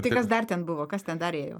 tai kas dar ten buvo kas ten dar ėjo